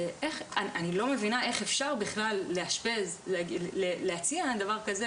ואני לא מבינה איך אפשר בכלל להציע דבר כזה